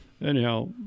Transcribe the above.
Anyhow